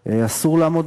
רבותי, אי-אפשר לשווק